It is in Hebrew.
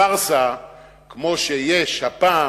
פארסה כמו שיש הפעם,